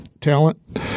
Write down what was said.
talent